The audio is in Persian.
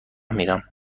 میرم